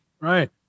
Right